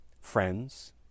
friends